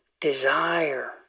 desire